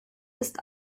ist